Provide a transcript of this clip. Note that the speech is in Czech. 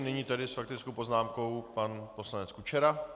Nyní tedy s faktickou poznámkou pan poslanec Kučera.